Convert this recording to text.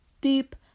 deep